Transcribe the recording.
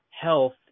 health